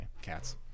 cats